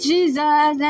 Jesus